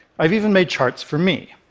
i've even made charts for me.